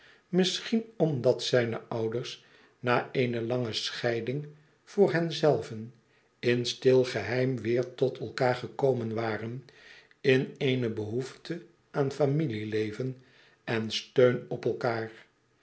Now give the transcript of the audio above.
misschien omdat zijne ouders na eene lange scheiding voor hunzelve in stil geheim weêr tot elkaâr gekomen waren in eene behoefte aan familieleven en steun op elkaâr